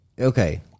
Okay